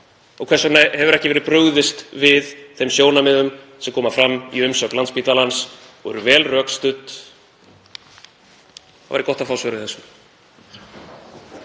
og hvers vegna hefur ekki verið brugðist við þeim sjónarmiðum sem koma fram í umsögn Landspítalans og voru vel rökstudd? Það væri gott að fá svör við þessu.